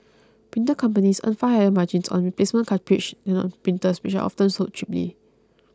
printer companies earn far higher margins on replacement cartridges than on printers which are often sold cheaply